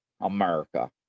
America